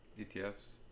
ETFs